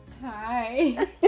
Hi